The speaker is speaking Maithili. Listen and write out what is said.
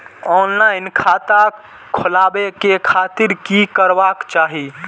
ऑनलाईन खाता खोलाबे के खातिर कि करबाक चाही?